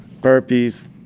burpees